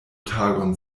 tagon